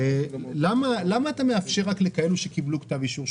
למה אתה מאפשר רק לכאלה שקיבלו כתב אישור?